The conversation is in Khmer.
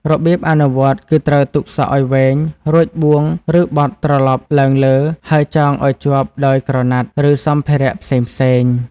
របៀបអនុវត្តគឺត្រូវទុកសក់ឲ្យវែង រួចបួងឬបត់ត្រឡប់ឡើងលើ ហើយចងឲ្យជាប់ដោយក្រណាត់ ឬសម្ភារៈផ្សេងៗ។